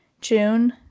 June